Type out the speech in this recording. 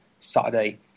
Saturday